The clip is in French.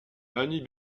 annie